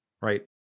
right